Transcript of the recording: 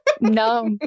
no